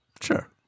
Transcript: sure